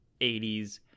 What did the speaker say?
80s